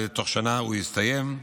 ובתוך שנה היא תסתיים.